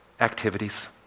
activities